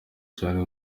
cyane